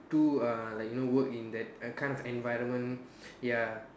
to uh like you know work in that kind of environment ya